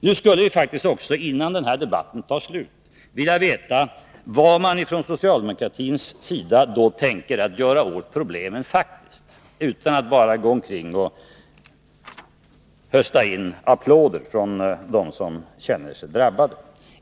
Nu skulle vi också, innan den här debatten tar slut, vilja veta vad man ifrån socialdemokratins sida tänker göra åt problemen -— i stället för att bara gå omkring och hösta in applåder från dem som känner sig drabbade.